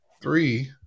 three